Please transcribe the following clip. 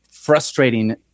Frustrating